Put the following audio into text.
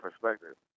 perspective